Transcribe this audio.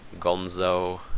Gonzo